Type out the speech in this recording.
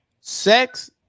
Sex